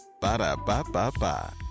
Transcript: Ba-da-ba-ba-ba